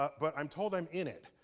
but but i'm told i'm in it.